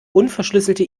unverschlüsselte